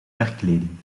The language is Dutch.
werkkleding